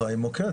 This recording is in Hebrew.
יש להם מוקד